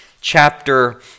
chapter